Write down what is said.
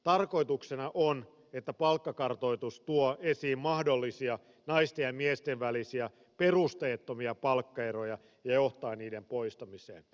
tarkoituksena on että palkkakartoitus tuo esiin mahdollisia naisten ja miesten välisiä perusteettomia palkkaeroja ja johtaa niiden poistamiseen